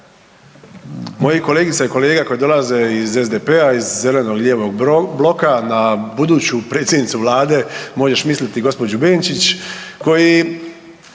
mojih kolegica i kolega koji dolaze iz SDP-a iz zeleno-lijevog bloka na buduću predsjednicu vlade možeš misliti gospođu Benčić, koji,